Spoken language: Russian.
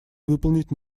выполнить